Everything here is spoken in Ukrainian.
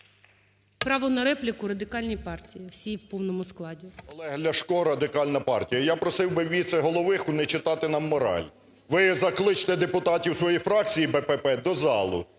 Право на репліку Радикальній партії. Всій,у повному складі. 14:04:48 ЛЯШКО О.В. Олег Ляшко Радикальна партія. Я просив бивіце-головиху не читати нам мораль. Ви закличте депутатів своєї фракції "БПП" до залу,